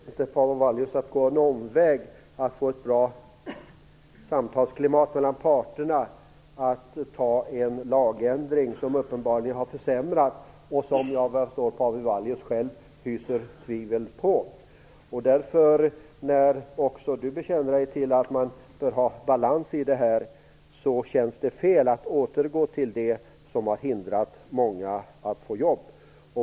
Herr talman! Är det inte, Paavo Vallius, att gå en omväg för att få ett bra samtalsklimat mellan parterna att genomföra lagändringar som uppenbarligen har försämrat och som, såvitt jag förstår, Paavo Vallius själv hyser tvivel på? När nu också Paavo Vallius bekänner att man bör ha balans i det här, känns det fel att återgå till det som har hindrat många att få jobb.